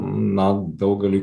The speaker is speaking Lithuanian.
na daugeliui